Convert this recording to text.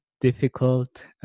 difficult